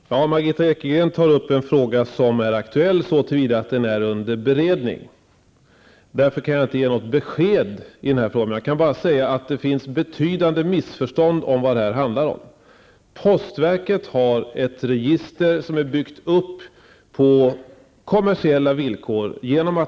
Herr talman! Margitta Edgren tog upp en fråga som är aktuell så till vida att den är under beredning. Jag kan därför inte ge något besked i frågan. Det finns emellertid betydande missförstånd om vad detta handlar om. Postverket har ett register som är uppbyggt på kommersiella villkor.